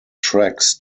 tracks